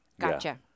Gotcha